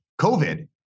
COVID